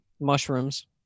Mushrooms